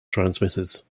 transmitters